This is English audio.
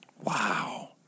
Wow